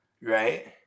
right